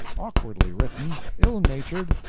awkwardly written, ill-natured,